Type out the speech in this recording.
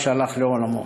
שהלך לעולמו.